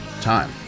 time